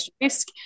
risk